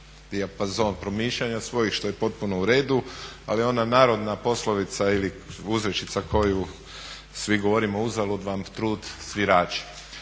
dijapazon promišljanja svojih što je potpuno u redu, ali ona narodna poslovica ili uzrečica koju svi govorimo "uzalud vam trud svirači".